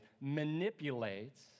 manipulates